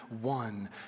one